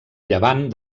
llevant